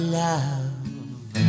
love